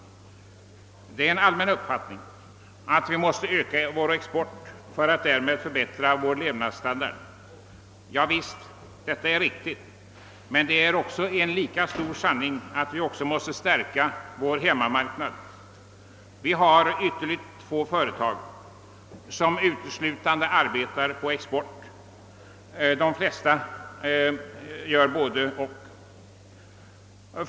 Det är en allmän uppfattning att vi måste öka vår export om vi skall kunna förbättra vår levnadsstandard, och visst är det riktigt. Men lika sant är att vi också måste stärka vår hemmamarknad. Vi har ytterligt få företag som arbetar uteslutande för export. De flesta arbetar både på export och på hemmamarknaden.